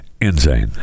insane